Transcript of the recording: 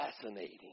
fascinating